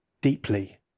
deeply